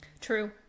True